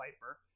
viper